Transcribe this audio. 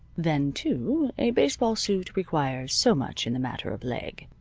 then too, a baseball suit requires so much in the matter of leg.